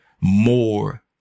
more